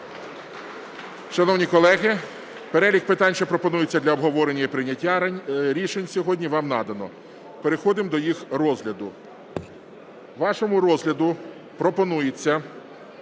Шановні колеги, перелік питань, що пропонуються для обговорення і прийняття рішень сьогодні, вам надано, переходимо до їх розгляду. Вашому розгляду пропонується